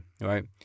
right